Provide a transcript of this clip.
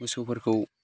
मोसौफारखौ